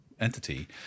entity